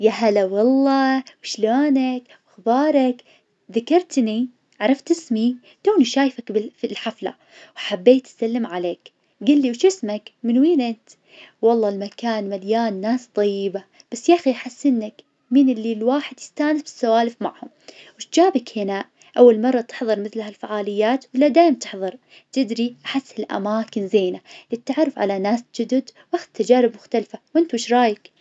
يا هلا والله وايش لونك؟ أخبارك؟ ذكرتني؟ عرفت اسمي؟ توني شايفك بال- في الحفلة، وحبيت أسلم عليك. قل لي وايش اسمك؟ من وين إنت؟ والله المكان مليان ناس طيبة، بس يا أخي أحس إنك من اللي الواحد يستأنس بالسوالف معهم، وايش جابك هنا؟ أول مرة تحظر مثل ها الفاعليات ولا دايم تحظر؟ تدري أحس الأماكن زينة للتعرف على ناس جدد وأخذ تجارب مختلفة، وإنت ايش رأيك؟